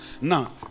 Now